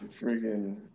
freaking